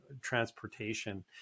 transportation